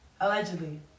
allegedly